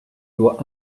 doit